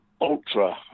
ultra